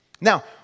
Now